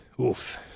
Oof